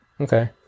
Okay